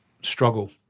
struggle